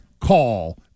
call